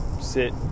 sit